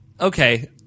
okay